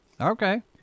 Okay